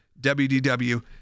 WDW